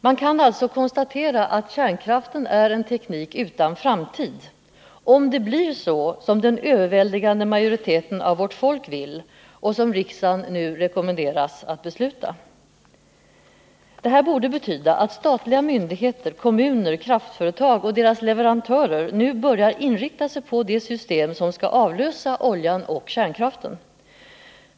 Man kan alltså konstatera att kärnkraften är en teknik utan framtid, om det blir så som den överväldigande majoriteten av vårt folk vill och som riksdagen nu rekommenderas besluta. Detta borde betyda att statliga myndigheter, kommuner, kraftföretag och deras leverantörer nu börjar inrikta sig på det system som skall avlösa olja och kärnkraft.